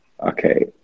Okay